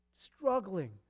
struggling